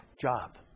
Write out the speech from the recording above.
job